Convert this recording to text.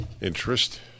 interest